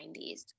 90s